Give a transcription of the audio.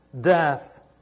death